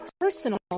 personal